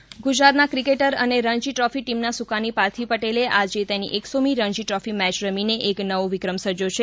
Ranji trophy ગુજરાતના cricketer અને Ranji trophy ટીમના સુકાની પાર્થિવ પટેલે આજે તેની એક્સોમી રણજી ટ્રોફી મેય રમીને એક નવો વિક્રમ સર્જ્યો છે